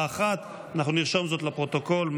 נרשום זאת לפרוטוקול.